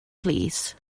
plîs